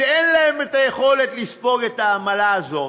שאין להם יכולת לספוג את העמלה הזאת,